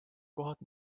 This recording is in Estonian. kohad